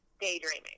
daydreaming